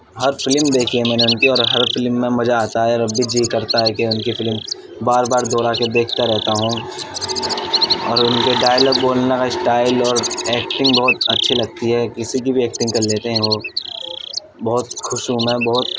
ہر film دیکھی ہے میں ان کی اور ہر فلم میں مزہ آتا ہے اور اب بھی جی کرتا ہے کہ ان کی فلم بار بار دوہرا کے دیکھتا رہتا ہوں اور ان کے ڈائیلاگ بولنے کا اسٹائل اور ایکٹنگ بہت اچھی لگتی ہے کسی کی بھی ایکٹنگ کر لیتے ہیں وہ بہت خوش ہوں میں بہت